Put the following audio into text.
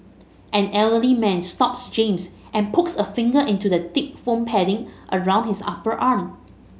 an elderly man stops James and pokes a finger into the thick foam padding around his upper arm